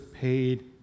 paid